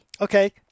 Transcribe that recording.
Okay